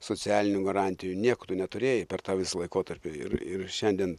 socialinių garantijų nieko tu neturėjai per tą visą laikotarpį ir ir šiandien